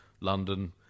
London